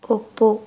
ಒಪ್ಪು